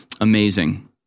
Amazing